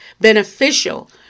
beneficial